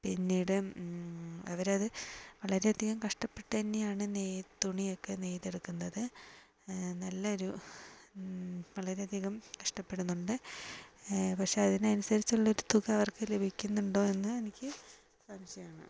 പിന്നീട് അവരത് വളരെയധികം കഷ്ടപ്പെട്ടു തന്നെയാണന്നേ തുണിയൊക്കെ നെയ്തെടുക്കുന്നത് നല്ലൊരു വളരെയധികം കഷ്ടപ്പെടുന്നുണ്ട് പക്ഷേ അതിനനുസരിച്ചുള്ളൊരു തുക അവർക്ക് ലഭിക്കുന്നുണ്ടോയെന്ന് എനിക്ക് സംശയമാണ്